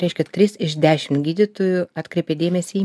reiškia tris iš dešimt gydytojų atkreipia dėmesį